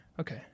Okay